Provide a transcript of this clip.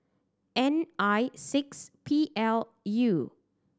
N I six P L U